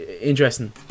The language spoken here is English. interesting